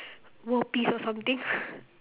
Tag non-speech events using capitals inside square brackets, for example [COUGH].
world peace or something [LAUGHS]